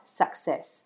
success